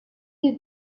you